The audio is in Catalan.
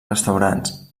restaurants